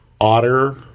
Otter